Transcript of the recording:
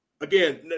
Again